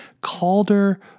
Calder